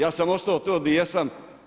Ja sam ostao tu gdje jesam.